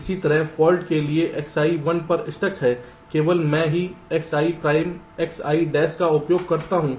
इसी तरह फाल्ट के लिए Xi 1 पर स्टक है केवल मैं ही Xi प्राइम Xi डैश का उपयोग करता हूं